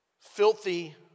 filthy